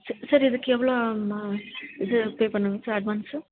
ச சார் இதுக்கு எவ்வளோ இது பே பண்ணுங்கள் சார் அட்வான்ஸு